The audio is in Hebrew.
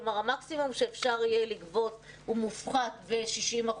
כלומר, המקסימום שאפשר יהיה לגבות מופחת ב-60%.